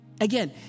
Again